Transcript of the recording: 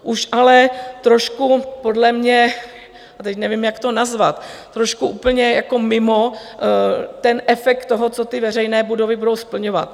Už ale trošku podle mě, a teď nevím, jak to nazvat, trošku úplně mimo efekt toho, co ty veřejné budovy budou splňovat.